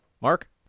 mark